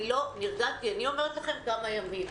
אני לא נרגעתי כמה ימים.